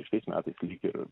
šiais metais lyg ir